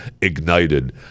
ignited